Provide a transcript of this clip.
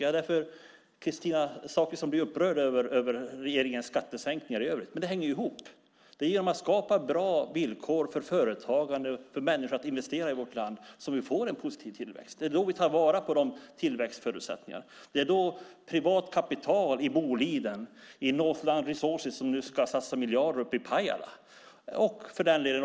Kristina Zakrisson blir upprörd över regeringens skattesänkningar i övrigt. Men detta hänger ihop. Det är genom att skapa bra villkor för företagande och för människor att investera i vårt land som vi får en positiv tillväxt. Det är då vi tar vara på tillväxtförutsättningarna och privat kapital i Boliden, i Northland Resources som nu ska satsa miljarder uppe i Pajala.